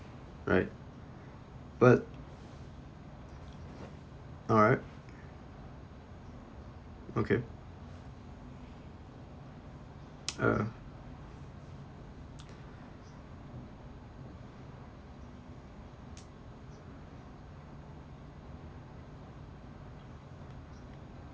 right but alright okay uh